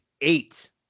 eight